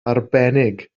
arbennig